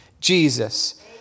Jesus